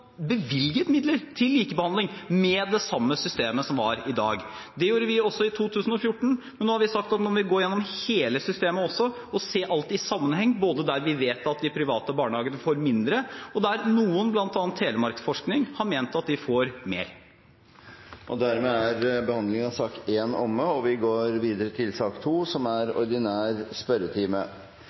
bevilget midler til likebehandling med det samme systemet som er i dag. Det gjorde vi også i 2014. Men nå har vi sagt at vi vil gå gjennom hele systemet og se alt i sammenheng, både der vi vet at de private barnehagene får mindre, og der noen, bl.a. Telemarksforsking, har ment at de får mer. Den muntlige spørretimen er